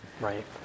Right